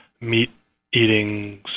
meat-eating